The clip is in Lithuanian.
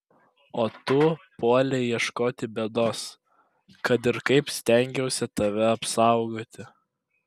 o tu puolei ieškoti bėdos kad ir kaip stengiausi tave apsaugoti